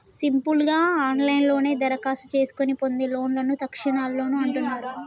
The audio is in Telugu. సింపుల్ గా ఆన్లైన్లోనే దరఖాస్తు చేసుకొని పొందే లోన్లను తక్షణలోన్లు అంటున్నరు